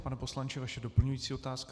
Pane poslanče, vaše doplňující otázka.